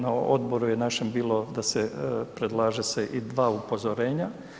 Na odboru je našem bilo da se predlaže se i dva upozorenja.